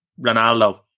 Ronaldo